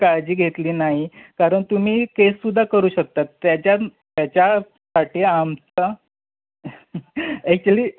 काळजी घेतली नाही कारण तुम्ही केस सुद्धा करू शकतात त्याच्या त्याच्यासाठी आमचं ॲक्च्युली